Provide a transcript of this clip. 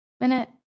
minute